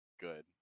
good